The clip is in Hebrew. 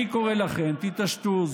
אני קורא לכם, תתעשתו.